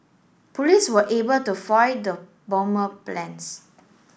police were able to foil the bomber plans